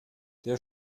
der